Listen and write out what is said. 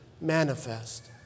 manifest